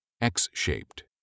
X-shaped